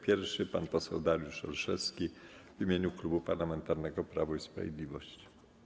Pierwszy pan poseł Dariusz Olszewski w imieniu Klubu Parlamentarnego Prawo i Sprawiedliwość.